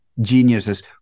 geniuses